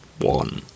one